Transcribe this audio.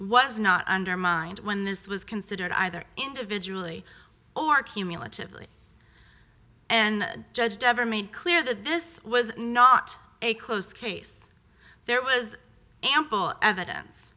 was not undermined when this was considered either individually or cumulatively and judged ever made clear that this was not a closed case there was ample evidence